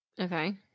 Okay